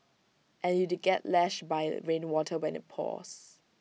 and you'd get lashed by rainwater when IT pours